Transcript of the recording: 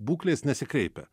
būklės nesikreipia